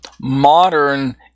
modern